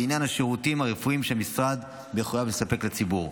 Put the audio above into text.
לעניין השירותים הרפואיים שהמשרד מחויב לספק לציבור.